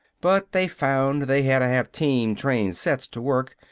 but they found they hadda have team-trained sets to work,